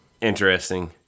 Interesting